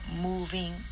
moving